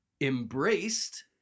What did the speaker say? embraced